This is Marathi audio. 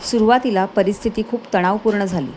सुरुवातीला परिस्थिती खूप तणावपूर्ण झाली